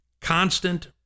Constant